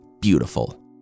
Beautiful